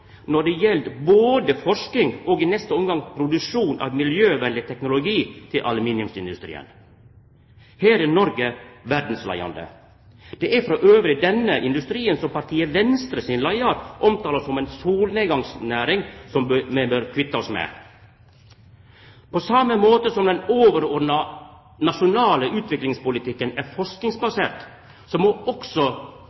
når det gjeld både forsking og – i neste omgang – produksjon av miljøvennleg teknologi til aluminiumsindustrien. Her er Noreg verdsleiande. Det er elles denne industrien partiet Venstre sin leiar omtala som ei solnedgangsnæring som me bør kvitta oss med. På same måten som den overordna nasjonale utviklingspolitikken er